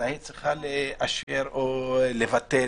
מתי היא צריכה לאשר או לבטל.